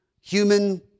human